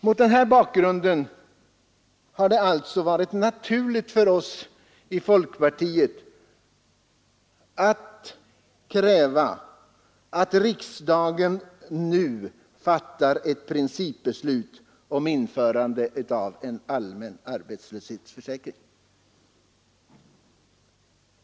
Mot denna bakgrund har det alltså varit naturligt för oss i folkpartiet att kräva att riksdagen nu fattar ett principbeslut om införande av en allmän arbetslöshetsförsäkring.